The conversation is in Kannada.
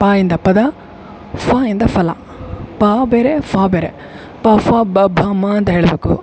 ಪ ಇಂದ ಪದ ಫ ಇಂದು ಫಲ ಪ ಬೇರೆ ಫ ಬೇರೆ ಪ ಫ ಬ ಭ ಮ ಅಂತ ಹೇಳಬೇಕು